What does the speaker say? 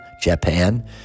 Japan